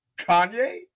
Kanye